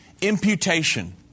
imputation